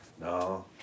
No